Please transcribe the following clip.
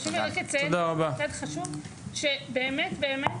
חשוב לי רק לציין זה באמת חשוב, שבאמת באמת